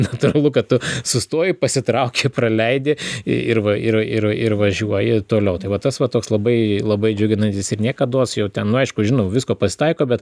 natūralu kad tu sustoji pasitrauki praleidi ir va ir ir ir važiuoji toliau tai va tas va toks labai labai džiuginantis ir niekados jau ten nu aišku žinoma visko pasitaiko bet